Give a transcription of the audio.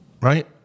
Right